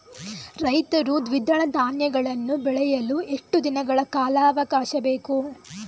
ರೈತರು ದ್ವಿದಳ ಧಾನ್ಯಗಳನ್ನು ಬೆಳೆಯಲು ಎಷ್ಟು ದಿನಗಳ ಕಾಲಾವಾಕಾಶ ಬೇಕು?